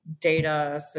data